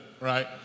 right